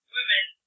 women